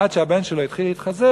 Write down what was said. עד שהבן שלו התחיל להתחזק,